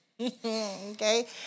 okay